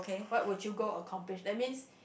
what would you go accomplish that's mean